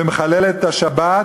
ומחללת את השבת,